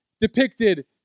depicted